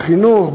בחינוך,